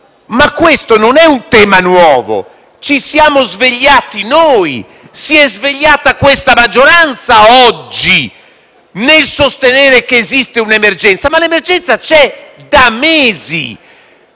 ma questo non è un tema nuovo: ci siamo svegliati noi, si è svegliata questa maggioranza oggi, nel sostenere che esiste un'emergenza, ma l'emergenza c'è da mesi.